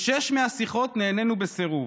בשש מהשיחות נענינו בסירוב.